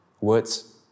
Words